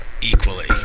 equally